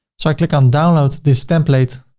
so i click on download this template